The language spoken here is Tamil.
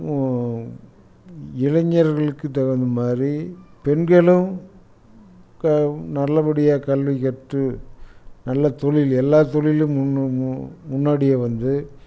இளைஞர்களுக்கு தகுந்த மாதிரி பெண்களும் நல்லபடியாக கல்வி கற்று நல்ல தொழில் எல்லா தொழிலும் முன்னாடி வந்து